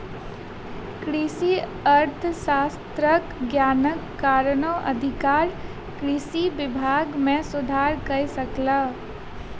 कृषि अर्थशास्त्रक ज्ञानक कारणेँ अधिकारी कृषि विभाग मे सुधार कय सकला